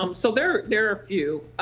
um so there there are a few.